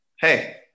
Hey